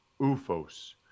UFOs